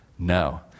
No